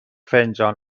فنجان